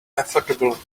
affordable